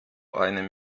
eine